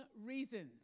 reasons